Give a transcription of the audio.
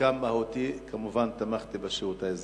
וחלקן מהותיות, כמובן תמכתי בשירות האזרחי.